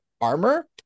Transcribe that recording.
armor